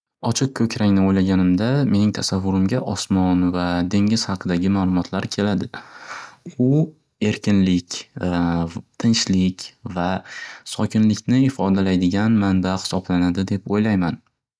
Ochiq ko'krangni o'ylaganimda mening tasavvurimga osmon va dengiz haqidagi ma'lumotlar keladi. U erkinlik, tinchlik va sokinlikni ifodalaydigan manba hisoblanadi deb o'ylayman.